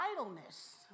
idleness